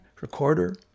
recorder